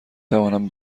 توانم